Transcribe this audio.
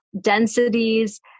densities